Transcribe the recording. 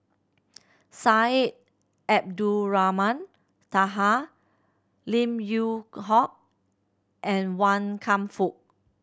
Syed Abdulrahman Taha Lim Yew Hock and Wan Kam Fook